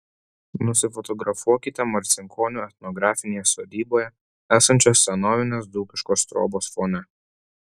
nusifotografuokite marcinkonių etnografinėje sodyboje esančios senovinės dzūkiškos trobos fone